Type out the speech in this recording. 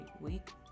week